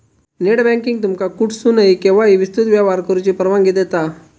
net banking तुमका कुठसूनही, केव्हाही विस्तृत व्यवहार करुची परवानगी देता